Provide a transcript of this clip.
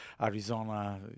Arizona